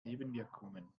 nebenwirkungen